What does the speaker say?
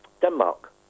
Denmark